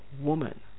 woman